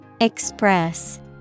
Express